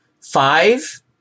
five